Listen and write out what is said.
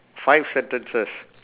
five sentences